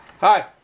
Hi